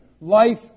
life